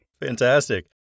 Fantastic